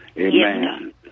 amen